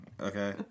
okay